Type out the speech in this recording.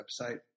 website